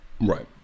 Right